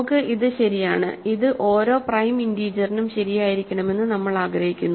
നമുക്ക് ഇത് ശരിയാണ് ഇത് ഓരോ പ്രൈം ഇന്റീജെറിനും ശരിയായിരിക്കണമെന്നു നമ്മൾ ആഗ്രഹിക്കുന്നു